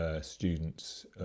Students